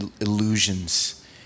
illusions